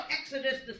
Exodus